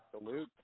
Salute